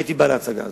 הייתי בא להצגה הזאת.